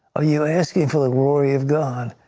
are you asking for the glory of god?